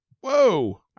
Whoa